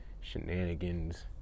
shenanigans